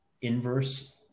inverse